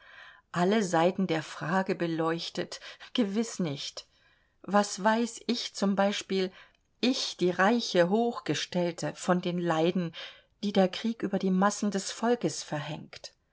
alle seiten der frage beleuchtet gewiß nicht was weiß ich z b ich die reiche hochgestellte von den leiden die der krieg über die massen des volkes verhängt